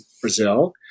Brazil